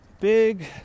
big